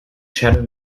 shadow